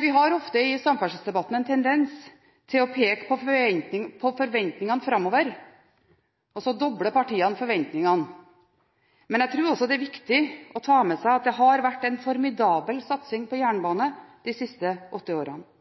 Vi har ofte i samferdselsdebatten en tendens til å peke på forventningene framover, og så dobler partiene forventningene. Men jeg tror også det er viktig å ta med seg at det har vært en formidabel satsing på jernbane de siste åtte årene.